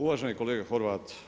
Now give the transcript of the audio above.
Uvaženi kolega Horvat.